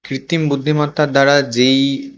কৃত্রিম বুদ্ধিমত্তার দ্বারা যেই